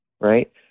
right